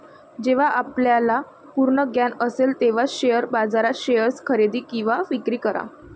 जेव्हा आपल्याला पूर्ण ज्ञान असेल तेव्हाच शेअर बाजारात शेअर्स खरेदी किंवा विक्री करा